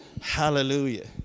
Hallelujah